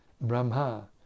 Brahma